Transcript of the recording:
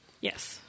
Yes